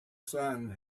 sun